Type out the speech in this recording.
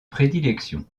prédilection